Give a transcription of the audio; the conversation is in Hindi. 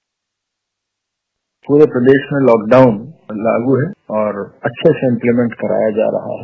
बाइट पूरे प्रदेश में लॉकडाउन लागू है और अच्छे से इम्पलीमेंट कराया जा रहा है